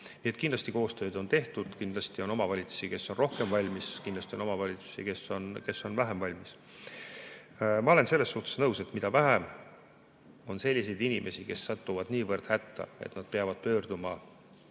Nii et kindlasti koostööd on tehtud. Kindlasti on omavalitsusi, kes on rohkem valmis, ja kindlasti on omavalitsusi, kes on vähem valmis. Ma olen sellega nõus, et mida vähem on inimesi, kes satuvad nii hätta, et nad peavad pöörduma